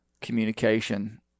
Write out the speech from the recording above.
communication